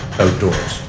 outdoors.